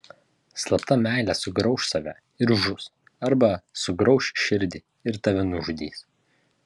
slapta meilė sugrauš save ir žus arba sugrauš širdį ir tave nužudys